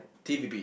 t_v_B